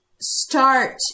start